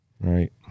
Right